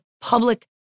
public